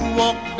walk